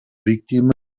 víctimes